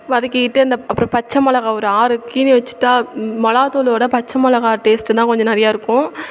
வதக்கிக்கிட்டு அந்த அப்புறம் பச்சை மிளகா ஒரு ஆறு கீறி வச்சுட்டால் மிளகாத்தூளோட பச்சை மிளகா டேஸ்ட் தான் கொஞ்சம் நிறைய இருக்கும்